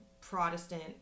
Protestant